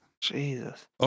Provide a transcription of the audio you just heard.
jesus